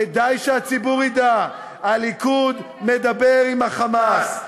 כדאי שהציבור ידע: הליכוד מדבר עם ה"חמאס".